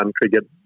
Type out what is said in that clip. Cricket